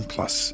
Plus